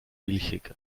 milchig